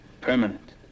Permanent